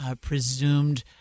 presumed